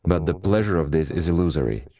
but the pleasure of this is illusory.